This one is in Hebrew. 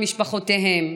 את משפחותיהם.